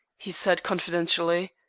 he said confidentially.